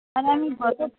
হ্যাঁ আমি